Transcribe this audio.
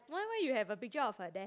why why you have a picture of your desk